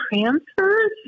transfers